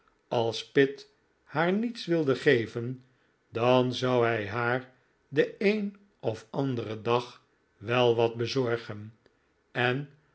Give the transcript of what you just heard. als pitt haar niets wilde geven dan zou hij haar den een of anderen dag wel wat bezorgen en